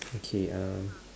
okay um